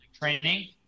training